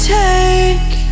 take